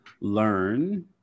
learn